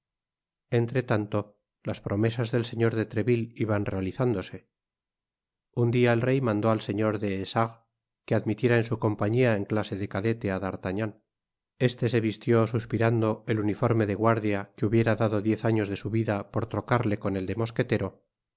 entre tanto las promesas del señor de treville iban realizándose un dia el rey mando al señor des essarts que admitiera en su compañía en clase de cadete á d'artagnan este se vistió suspirando el uniforme de guardia que hubiera dado diez años de su vida por trocarle con el de mosquetero